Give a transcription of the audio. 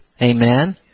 Amen